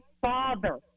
father